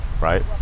Right